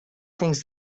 things